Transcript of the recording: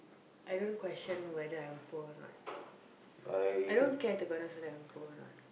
I don't question whether I'm poor or not I don't care to be honest whether I'm poor or not